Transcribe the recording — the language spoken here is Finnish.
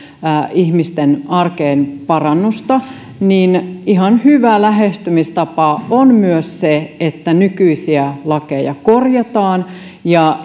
ihmisten arkeen parannusta ja ihan hyvä lähestymistapa on myös se että nykyisiä lakeja korjataan ja